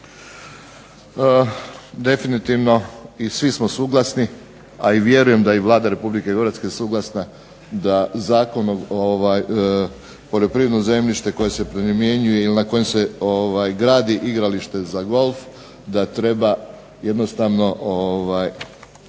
Definitivno, i svi smo suglasni, a i vjerujem da je i Vlada Republike Hrvatske je suglasna da zakonom poljoprivredno zemljište koje se primjenjuje ili na kojem se gradi igralište za golf da treba jednostavno